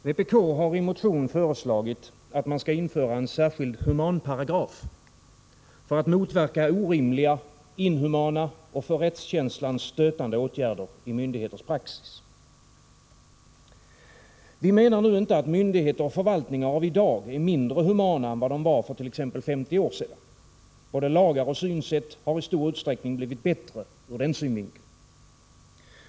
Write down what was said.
Herr talman! Vpk har i motion föreslagit att man skall införa en särskild humanparagraf för att motverka orimliga, inhumana och för rättskänslan stötande åtgärder i myndigheters praxis. Vi menar nu inte att myndigheter och förvaltningar av i dag är mindre humana än de var för t.ex. 50 år sedan. Både lagar och synsätt har i stor utsträckning blivit bättre ur den synvinkeln.